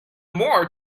more